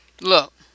Look